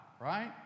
right